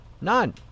None